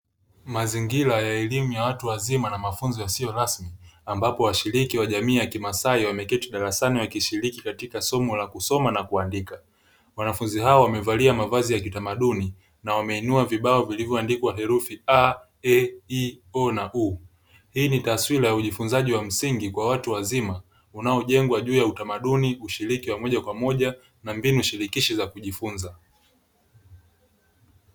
Mazingira ya elimu ya watu wazima na mafunzo yasiyo rasmi ambapo washiriki wa jamii ya kimasai wameketi darasani na kushiriki katika somo la kusoma na kuandika wanafunzi hao wamevalia mavazi ya kitamaduni na wameinua vibao vilivyo andikwa herufi, a,e,i,o, na u, hii ni taswira ya ujifunzaji wa msingi kwa watu wazima, unao jenga juu ya utamaduni, ushiriki wa moja kwa moja na mbinu shirikishi za kujifunza.